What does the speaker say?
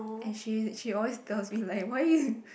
and she she always tells me like why you